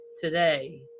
today